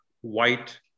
white